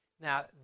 Now